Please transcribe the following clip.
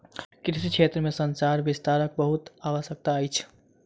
कृषि क्षेत्र में संचार विस्तारक बहुत आवश्यकता अछि